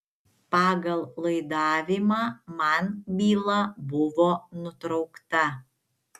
pagal laidavimą man byla buvo nutraukta